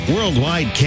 Worldwide